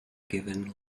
given